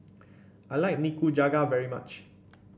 I like Nikujaga very much